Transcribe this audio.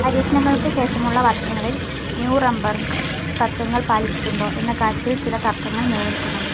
പരീക്ഷണങ്ങൾക്ക് ശേഷമുള്ള വർഷങ്ങളിൽ ന്യൂറംബർഗ് തത്ത്വങ്ങൾ പാലിച്ചിട്ടുണ്ടോ എന്ന കാര്യത്തിൽ ചില തർക്കങ്ങൾ നില നിൽക്കുന്നുണ്ട്